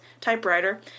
typewriter